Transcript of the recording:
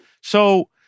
So-